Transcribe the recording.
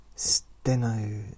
Steno